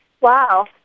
Wow